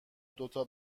دوتا